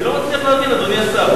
אני לא מצליח להבין, אדוני השר.